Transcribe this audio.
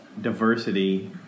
Diversity